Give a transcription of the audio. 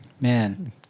Man